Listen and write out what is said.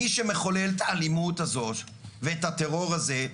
מי שמחולל את האלימות הזאת ואת הטרור הזה,